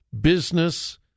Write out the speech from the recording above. business